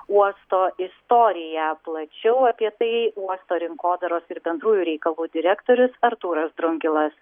uosto istoriją plačiau apie tai uosto rinkodaros ir bendrųjų reikalų direktorius artūras drungilas